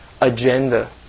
agenda